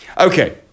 Okay